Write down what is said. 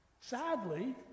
sadly